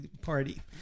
party